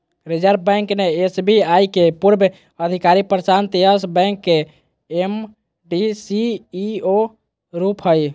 reserve Bank ने SBI के पूर्व अधिकारी प्रशांत यस बैंक के एम.डी, सी.ई.ओ रूप हइ